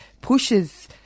pushes